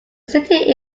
city